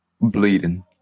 bleeding